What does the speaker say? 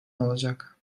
olacak